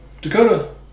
Dakota